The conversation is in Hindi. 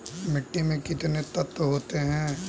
मिट्टी में कितने तत्व होते हैं?